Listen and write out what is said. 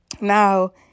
Now